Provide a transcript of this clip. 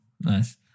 Nice